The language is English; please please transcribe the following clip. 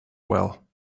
well